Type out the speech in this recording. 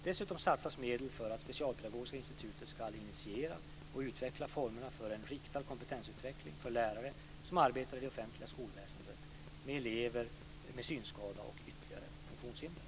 Dessutom satsas medel för att Specialpedagogiska institutet ska initiera och utveckla formerna för en riktad kompetensutveckling för lärare som arbetar i det offentliga skolväsendet med elever med synskada och ytterligare funktionshinder.